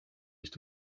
used